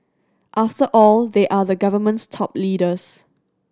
after all they are the government's top leaders